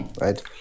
right